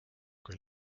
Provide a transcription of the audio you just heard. kui